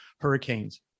Hurricanes